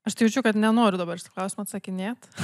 aš tai jaučiu kad nenoriu dabar šito klausimo atsakinėt